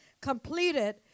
completed